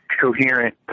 coherent